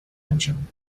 engine